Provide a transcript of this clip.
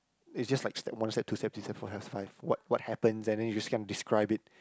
is just like step one step two step three step four step five what what happens and then you just kinda describe it